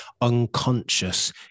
unconscious